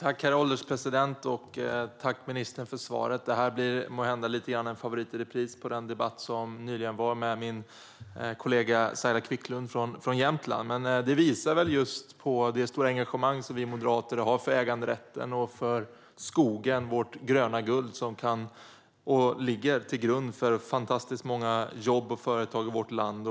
Herr ålderspresident! Tack, ministern, för svaret! Det blir måhända lite grann en favorit i repris av den debatt som nyligen var med min kollega Saila Quicklund från Jämtland. Det visar på det stora engagemang som vi moderater har för äganderätten och skogen. Den är vårt gröna guld som ligger till grund för fantastiskt många jobb och företag i vårt land.